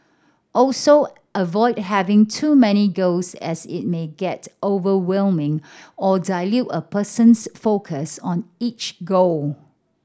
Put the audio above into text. also avoid having too many goals as it may get overwhelming or dilute a person's focus on each goal